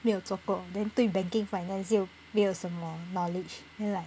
没有做过 then 对 banking finance 就没有什么 knowledge then like